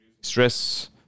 stress